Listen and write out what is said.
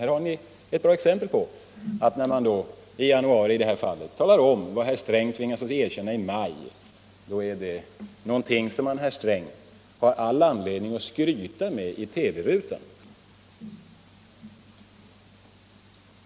När vi i det här fallet i januari talade om vad herr Sträng tvingades erkänna i maj är det f. ö. någonting som vi har all anledning att skryta med i TV-rutan.